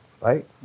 Right